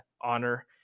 honor